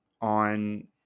on